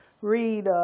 read